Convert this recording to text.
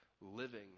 living